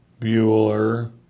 Bueller